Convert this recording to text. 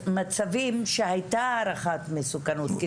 מצבים שהייתה הערכת מסוכנות.